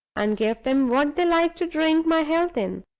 and give them what they like to drink my health in.